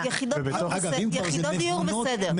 יחידות דיור בסדר.